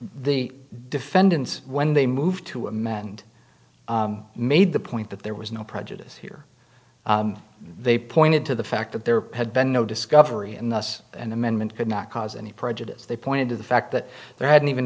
the defendants when they moved to amend made the point that there was no prejudice here they pointed to the fact that there had been no discovery and thus an amendment could not cause any prejudice they pointed to the fact that there hadn't even